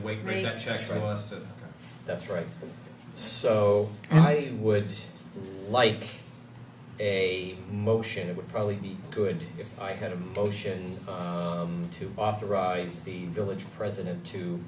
of that's right so i would like a motion it would probably be good if i had a motion to authorize the village president to